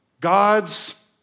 God's